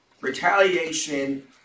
Retaliation